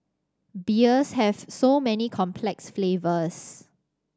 beers have so many complex flavours